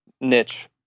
niche